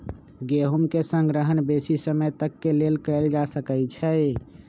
गेहूम के संग्रहण बेशी समय तक के लेल कएल जा सकै छइ